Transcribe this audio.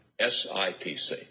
SIPC